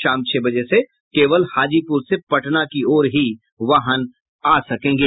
शाम छह बजे से केवल हाजीपुर से पटना की ओर वाहन आ सकेंगे